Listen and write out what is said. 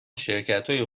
شرکتهای